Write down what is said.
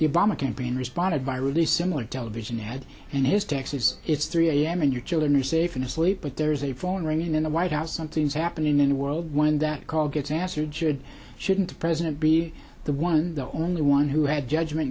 obama campaign responded by really similar television ad and his taxes it's three a m and your children are safe and asleep but there's a phone ringing in the white house something's happening in the world when that call gets answered should shouldn't the president be the one the only one who had